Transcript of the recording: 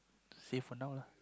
say for now lah